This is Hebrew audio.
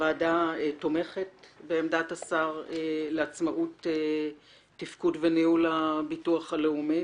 הוועדה תומכת בעמדת השר לעצמאות תפקוד וניהול הביטוח הלאומי,